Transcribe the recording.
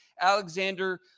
Alexander